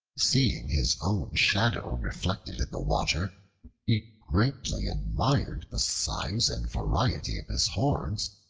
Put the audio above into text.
seeing his own shadow reflected in the water, he greatly admired the size and variety of his horns,